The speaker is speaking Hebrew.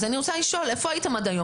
אז אני רוצה לשאול, איפה הייתם עד היום?